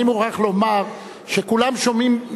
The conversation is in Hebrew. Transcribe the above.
אני מוכרח לומר שכולם שומעים,